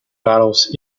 battles